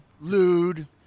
lewd